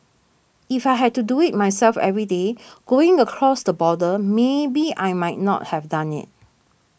if I had to do it myself every day going across the border maybe I might not have done it